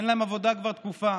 אין להם עבודה כבר תקופה,